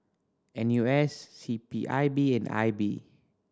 N U S C P I B and I B